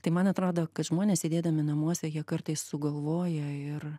tai man atrodo kad žmonės sėdėdami namuose jie kartais sugalvoja ir